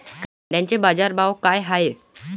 कांद्याचे बाजार भाव का हाये?